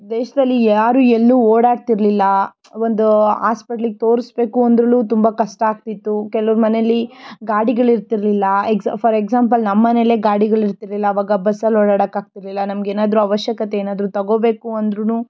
ದೇಶದಲ್ಲಿ ಯಾರೂ ಎಲ್ಲೂ ಓಡಾಡ್ತಿರಲಿಲ್ಲ ಒಂದು ಆಸ್ಪೆಟ್ಲಿಗೆ ತೋರಿಸ್ಬೇಕು ಅಂದ್ರೂ ತುಂಬ ಕಷ್ಟ ಆಗ್ತಿತ್ತು ಕೆಲವ್ರ ಮನೆಯಲ್ಲಿ ಗಾಡಿಗಳು ಇರ್ತಿರಲಿಲ್ಲ ಎಕ್ಸ ಫಾರ್ ಎಕ್ಸಾಂಪಲ್ ನಮ್ಮ ಮನೆಲ್ಲೇ ಗಾಡಿಗಳು ಇರ್ತಿರಲಿಲ್ಲ ಅವಾಗ ಬಸ್ಸಲ್ಲಿ ಓಡಾಡಕ್ಕೆ ಆಗ್ತಿರಲಿಲ್ಲ ನಮ್ಗೆ ಏನಾದರೂ ಅವಶ್ಯಕತೆ ಏನಾದರೂ ತೊಗೊಬೇಕು ಅಂದ್ರೂ